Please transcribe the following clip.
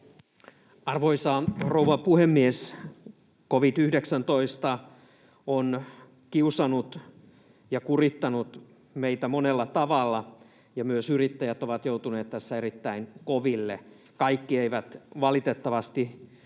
Arvoisa rouva puhemies! Covid-19 on kiusannut ja kurittanut meitä monella tavalla, ja myös yrittäjät ovat joutuneet tässä erittäin koville. Kaikki eivät valitettavasti ole